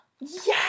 Yes